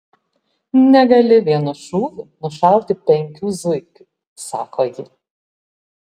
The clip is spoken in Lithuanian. negali vienu šūviu nušauti penkių zuikių sako ji